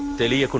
police